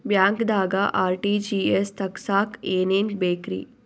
ಬ್ಯಾಂಕ್ದಾಗ ಆರ್.ಟಿ.ಜಿ.ಎಸ್ ತಗ್ಸಾಕ್ ಏನೇನ್ ಬೇಕ್ರಿ?